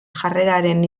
jarreraren